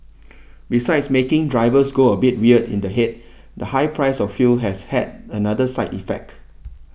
besides making drivers go a bit weird in the head the high price of fuel has had another side effect